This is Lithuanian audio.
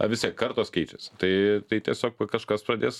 o vis tiek kartos keičiasi tai tai tiesiog kažkas pradės